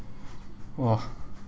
!wah!